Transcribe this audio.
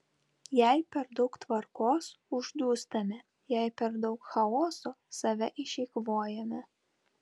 jei per daug tvarkos uždūstame jei per daug chaoso save išeikvojame